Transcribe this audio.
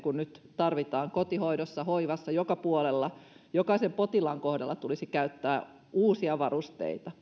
kuin mitä nyt tarvitaan kotihoidossa hoivassa joka puolella jokaisen potilaan kohdalla tulisi käyttää uusia varusteita